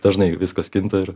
dažnai viskas kinta ir